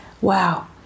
Wow